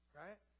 right